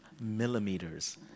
millimeters